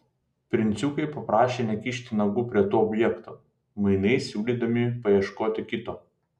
princiukai paprašė nekišti nagų prie to objekto mainais siūlydami paieškoti kito